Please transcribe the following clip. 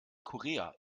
korea